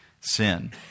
sin